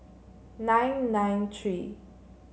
nine nine three